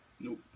Nope